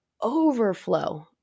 overflow